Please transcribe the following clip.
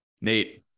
Nate –